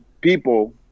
people